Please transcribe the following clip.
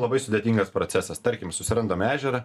labai sudėtingas procesas tarkim susirandam ežerą